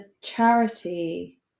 charity